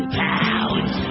pounds